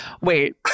Wait